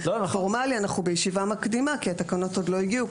אנחנו בישיבה מקדימה כי התקנות עוד לא הגיעו,